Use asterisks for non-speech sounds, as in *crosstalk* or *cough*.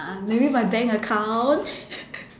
maybe my bank account *laughs*